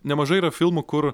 nemažai yra filmų kur